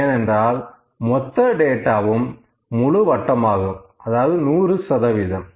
ஏனென்றால் மொத்த டேட்டாவும் முழு வட்டமாகும் 100 சதவீதம்